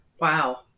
Wow